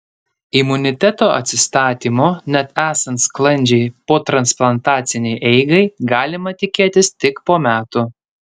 imuniteto atsistatymo net esant sklandžiai potransplantacinei eigai galima tikėtis tik po metų